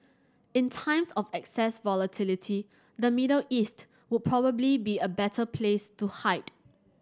in times of excessive volatility the Middle East would probably be a better place to hide